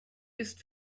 ist